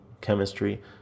chemistry